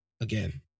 again